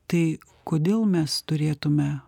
tai kodėl mes turėtume